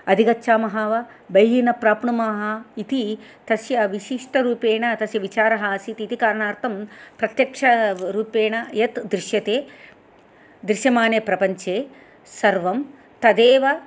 अधिगच्छामः वा बहिः न प्राप्नुमः इति तस्य विशिष्टरूपेण तस्य विचारः आसीत् इति कारणार्थं प्रत्यक्षरूपेण यत् दृश्यते दृश्यमाने प्रपञ्चे सर्वं तदेव